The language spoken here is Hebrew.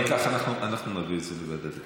אם כך, אנחנו נעביר את זה לוועדת הכנסת,